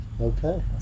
Okay